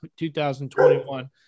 2021